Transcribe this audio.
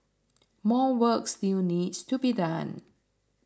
more work still needs to be done